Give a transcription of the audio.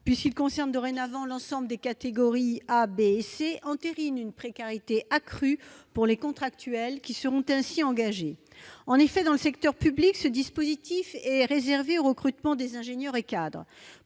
puisqu'ils concernent dorénavant l'ensemble des catégories A, B et C, entérinent une précarité accrue pour les contractuels qui seront ainsi engagés. Monsieur le secrétaire d'État, dans le secteur privé, ce dispositif est réservé au recrutement des ingénieurs et des